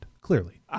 clearly